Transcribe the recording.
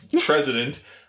president